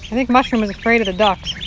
think mushroom is afraid of the duck.